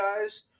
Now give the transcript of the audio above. guys